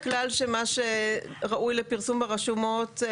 אעדכן שבשלוש השעות האחרונות נכנסו אלי לחדר,